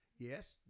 Yes